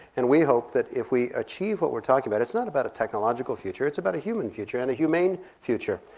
and we hope that if we achieve what we're talking about, it's not about a technological future, it's about a human future and a humane future,